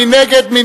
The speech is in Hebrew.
מי